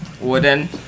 Wooden